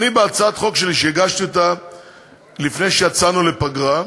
בהצעת החוק שלי, שהגשתי לפני שיצאנו לפגרה,